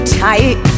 tight